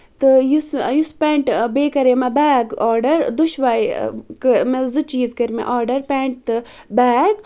تہٕ یُس یُس پینٹ بیٚیہِ کَریو مےٚ بیگ آرڈر دۄشوے کٔر مےٚ زٕ چیٖز کٔر مےٚ آرڈر پینٹ تہٕ بیگ